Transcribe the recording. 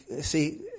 see